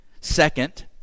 Second